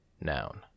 Noun